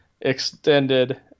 extended